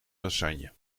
lasagne